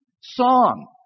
song